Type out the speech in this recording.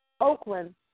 Oakland